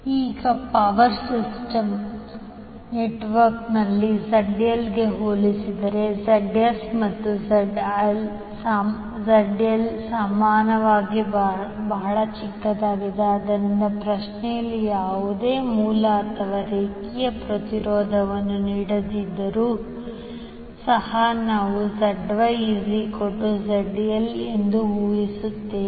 ಈಗ power system ನೆಟ್ವರ್ಕ್ನಲ್ಲಿ ZL ಗೆ ಹೋಲಿಸಿದರೆ Zs ಮತ್ತು Zl ಸಾಮಾನ್ಯವಾಗಿ ಬಹಳ ಚಿಕ್ಕದಾಗಿದೆ ಆದ್ದರಿಂದ ಪ್ರಶ್ನೆಯಲ್ಲಿ ಯಾವುದೇ ಮೂಲ ಅಥವಾ ರೇಖೆಯ ಪ್ರತಿರೋಧವನ್ನು ನೀಡದಿದ್ದರೂ ಸಹ ನಾವು ZYZL ಅನ್ನು ಊಹಿಸುತ್ತವೆ